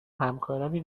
همکارانی